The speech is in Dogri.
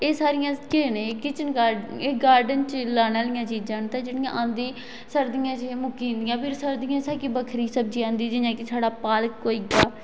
एह् सारियां गार्डन च लाने आहली चीजां न ते जेहड़ी ओंह्दी सर्दियेें च एह् मुक्की जंदियां फिर सर्दियें च बक्खरी सब्जी आंदी जियां कि साढ़ी पालक होई गया